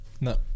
No